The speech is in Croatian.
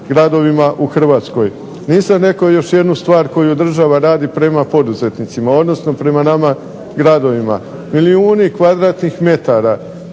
gradovima u Hrvatskoj. Nisam rekao još jednu stvar koju država radi prema poduzetnicima, odnosno prema nama gradovima. Milijuni kvadratnih metara,